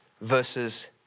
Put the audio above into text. versus